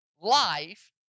life